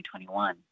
2021